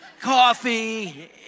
coffee